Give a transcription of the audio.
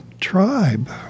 tribe